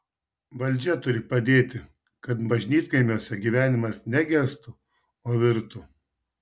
valdžia turi padėti kad bažnytkaimiuose gyvenimas ne gestų o virtų